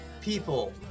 People